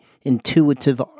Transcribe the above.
intuitive